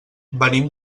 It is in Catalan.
venim